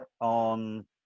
on